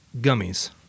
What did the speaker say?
gummies